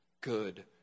good